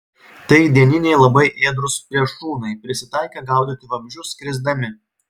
tai dieniniai labai ėdrūs plėšrūnai prisitaikę gaudyti vabzdžius skrisdami